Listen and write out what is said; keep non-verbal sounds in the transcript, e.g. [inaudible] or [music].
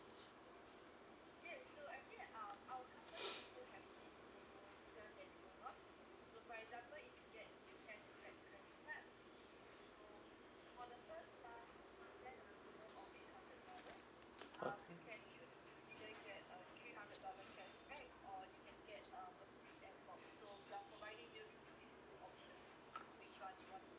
[noise] okay